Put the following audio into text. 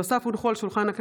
שמספרה פ/453,